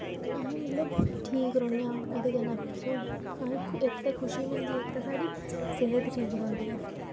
आहें मतलब ठीक रौह्ने आं ओह्दे कन्नै सो इक ते खुशी मिलदी इक ते साढ़ी सेह्त ठीक रौह्ंदी ऐ